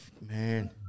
man